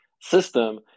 system